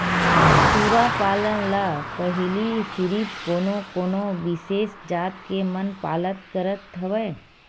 सूरा पालन ल पहिली सिरिफ कोनो कोनो बिसेस जात के मन पालत करत हवय